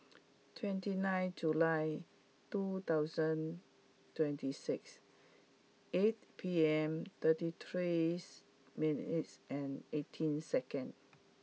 twenty nine July two thousand twenty six eight P M thirty three minutes and eighteen second